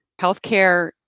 Healthcare